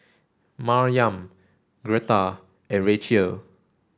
Maryam Greta and Rachael